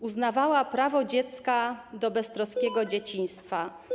Uznawała prawo dziecka do beztroskiego dzieciństwa.